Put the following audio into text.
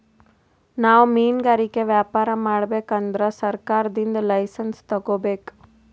ನಾವ್ ಮಿನ್ಗಾರಿಕೆ ವ್ಯಾಪಾರ್ ಮಾಡ್ಬೇಕ್ ಅಂದ್ರ ಸರ್ಕಾರದಿಂದ್ ಲೈಸನ್ಸ್ ತಗೋಬೇಕ್